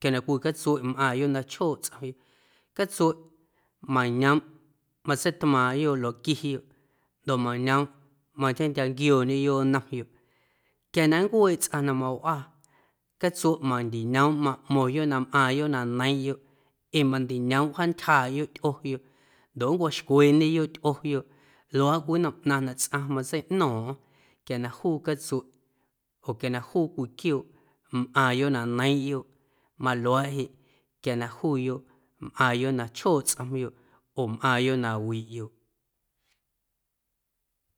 quia na cwii catsueꞌ mꞌaaⁿyoꞌ na chjooꞌ tsꞌomyoꞌ, catseuꞌ mañoomꞌ matseitmaaⁿꞌyoꞌ luaꞌquiyoꞌ ndoꞌ mañoomꞌ matentyjanquiooñeyoꞌ nnomyoꞌ quia na nncueeꞌ tsꞌaⁿ na mawawꞌaa catsueꞌ mandiꞌñoomꞌ maꞌmo̱ⁿyoꞌ na mꞌaaⁿyoꞌ na neiiⁿꞌyoꞌ ee mandiñoomꞌ wjaantyjaaꞌyoꞌ tyꞌoyoꞌ ndoꞌ nncwaxcueeñeyoꞌ tyꞌoyoꞌ luaaꞌ cwii nnom na tsꞌaⁿ matseiꞌno̱o̱ⁿꞌo̱ⁿ quia na juu catsueꞌ oo quia na juu cwii quiooꞌ mꞌaaⁿyoꞌ na neiiⁿꞌyoꞌ maluaaꞌ jeꞌ quia na juuyoꞌ mꞌaaⁿyoꞌ na chjooꞌ tsꞌomyoꞌ oo mꞌaaⁿyoꞌ na wiiꞌyoꞌ.